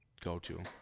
go-to